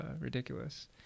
ridiculous